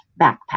backpack